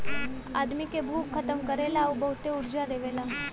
आदमी क भूख खतम करेला आउर बहुते ऊर्जा देवेला